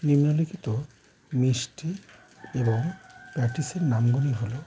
নিম্নলিখিত মিষ্টি এবং প্যাটিসের নামগুলি হলো